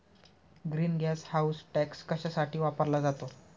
Green gas house tax कशासाठी वापरला जातो?